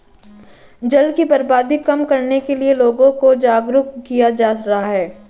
जल की बर्बादी कम करने के लिए लोगों को जागरुक किया जा रहा है